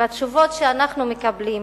ואכן התשובות שאנחנו מקבלים